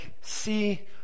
see